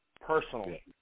personally